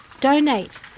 donate